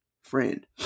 friend